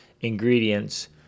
ingredients